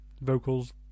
vocals